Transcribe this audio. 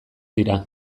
dira